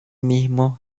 mismo